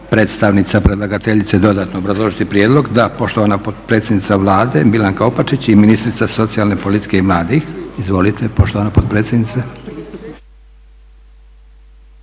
predstavnica predlagateljice dodatno obrazložiti prijedlog? Da. Poštovana potpredsjednica Vlade Milanka Opačić i ministrica socijalne politike i mladih. Izvolite poštovana potpredsjednice.